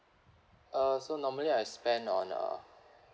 uh so normally I spend on uh